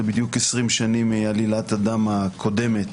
בדיוק 20 שנים מעלילת הדם הקודמת